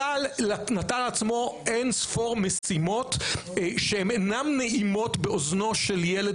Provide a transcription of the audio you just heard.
צה"ל נטל על עצמו אין ספור משימות שהן אינן נעימות באוזנו של ילד